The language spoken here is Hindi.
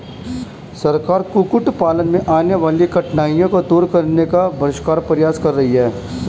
सरकार कुक्कुट पालन में आने वाली कठिनाइयों को दूर करने का भरसक प्रयास कर रही है